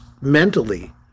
mentally